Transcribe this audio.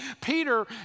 Peter